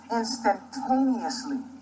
instantaneously